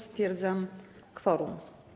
Stwierdzam kworum.